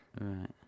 Right